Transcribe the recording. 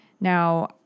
Now